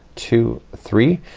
two, three,